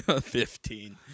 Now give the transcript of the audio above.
Fifteen